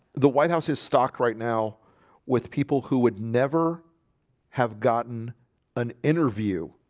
the white house is stocked right now with people who would never have gotten an interview